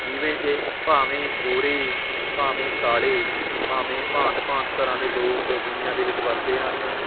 ਜਿਵੇਂ ਕਿ ਭਾਵੇਂ ਗੋਰੇ ਭਾਵੇਂ ਕਾਲੇ ਭਾਵੇਂ ਭਾਂਤ ਭਾਂਤ ਤਰ੍ਹਾਂ ਦੇ ਲੋਕ ਦੁਨੀਆ ਦੇ ਵਿੱਚ ਵੱਸਦੇ ਹਨ